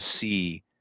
see